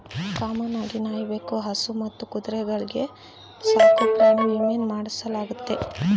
common ಆಗಿ ನಾಯಿ, ಬೆಕ್ಕು, ಹಸು ಮತ್ತು ಕುದುರೆಗಳ್ಗೆ ಸಾಕುಪ್ರಾಣಿ ವಿಮೇನ ಮಾಡಿಸಲಾಗ್ತತೆ